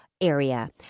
area